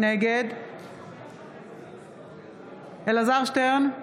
נגד אלעזר שטרן,